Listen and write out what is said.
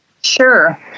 Sure